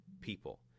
people